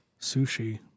sushi